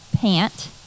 pant